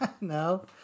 No